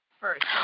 first